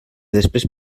després